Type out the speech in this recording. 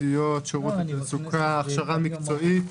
שירות תעסוקה, הכשרה מקצועית,